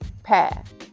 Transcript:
Path